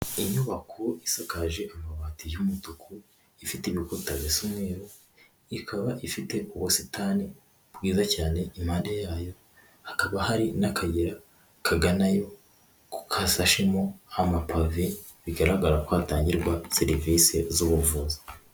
Inyubako isakaje amabati y'umutuku, ifite ibikuta bisa umweru, ikaba ifite ubusitani bwiza cyane, impande yayo hakaba hari n'akayi kaganayo gasashemo amapavi, bigaragara ko hatangirwa serivisi z'ubuvuzi.